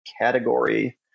category